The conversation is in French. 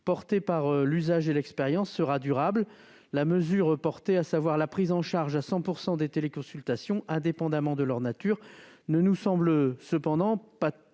à l'usage et l'expérience aidant, sera durable. La mesure proposée, à savoir la prise en charge à 100 % des téléconsultations indépendamment de leur nature, ne nous semble cependant pas